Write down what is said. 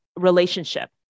relationship